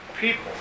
people